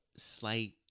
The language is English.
slight